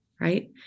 right